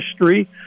history